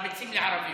מרביצים לערבים?